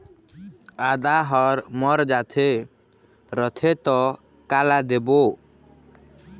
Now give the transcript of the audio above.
आदा हर मर जाथे रथे त काला देबो?